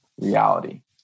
reality